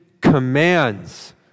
commands